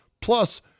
Plus